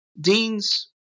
Dean's